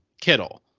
Kittle